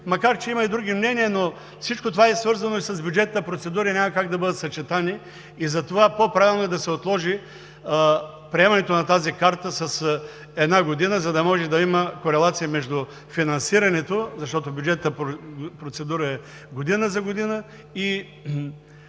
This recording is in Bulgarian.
макар че има и други мнения, но всичко това е свързано и с бюджетна процедура и няма как да бъдат съчетани и затова по-правилно е да се отложи приемането на тази карта с една година, за да може да има корелация между финансирането, защото бюджетната процедура е година за година и